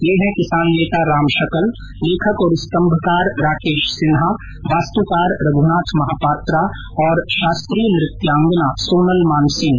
ये हैं किसान नेता राम शकल लेखक और स्तंभकार राकेश सिन्हा वास्तुकार रघ्नाथ महापात्रा और शास्त्रीय नृत्यांगना सोनल मानसिंह